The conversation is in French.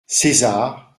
césar